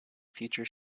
future